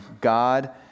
God